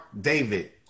David